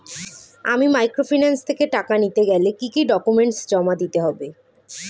আমি মাইক্রোফিন্যান্স থেকে টাকা নিতে গেলে কি কি ডকুমেন্টস জমা দিতে হবে?